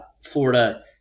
Florida